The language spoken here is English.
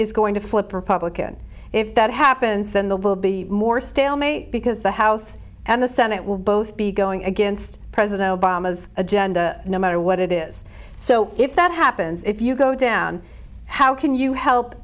is going to flip republican if that happens then the will be more stalemate because the house and the senate will both be going against president obama's agenda no matter what it is so if that happens if you go down how can you help